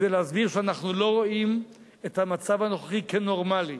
כדי להסביר שאנחנו לא רואים את המצב הנוכחי כנורמלי.